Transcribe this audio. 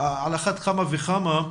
על אחת כמה וכמה,